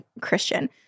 Christian